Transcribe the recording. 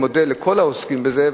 לכן, אני מודה לכל העוסקים בזה.